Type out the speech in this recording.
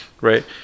right